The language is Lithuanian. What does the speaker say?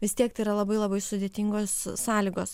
vis tiek tai yra labai labai sudėtingos sąlygos